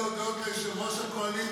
התשפ"ג 2023, נתקבל.